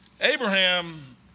Abraham